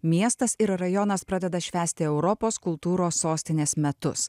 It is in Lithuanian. miestas ir rajonas pradeda švęsti europos kultūros sostinės metus